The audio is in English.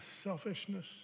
selfishness